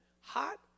hot